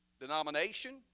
denomination